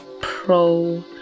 pro